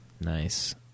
Nice